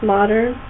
Modern